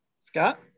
Scott